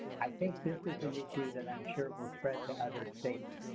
i think this is an issue that i'm sure will spread to other states.